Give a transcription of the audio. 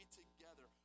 together